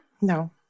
No